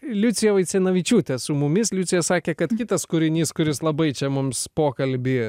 liucija vaicenavičiūtė su mumis liucija sakė kad kitas kūrinys kuris labai čia mums pokalbį